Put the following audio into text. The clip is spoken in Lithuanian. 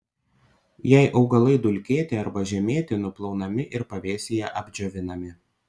jei augalai dulkėti arba žemėti nuplaunami ir pavėsyje apdžiovinami